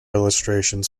illustrations